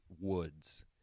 woods